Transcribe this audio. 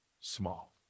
small